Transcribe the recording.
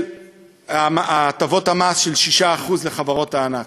של הטבות המס של 6% לחברות הענק.